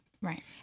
Right